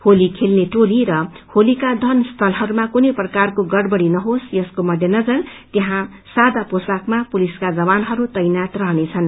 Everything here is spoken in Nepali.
होली खेल्ने र टोली र होलिका दहन स्यानहरूमा कुनै प्रकारको गड़बड़ी नहोस् यसको मध्य नजर त्यहाँ सादा पोशाकमा पुलिसका जवानहरू तैनाथ रहनेछन्